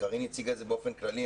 קארין הציגה את זה באופן כללי.